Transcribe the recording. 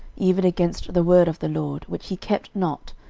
even against the word of the lord, which he kept not,